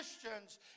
Christians